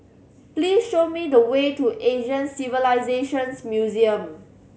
please show me the way to Asian Civilisations Museum